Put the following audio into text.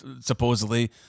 supposedly